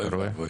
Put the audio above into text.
אוי ואבוי.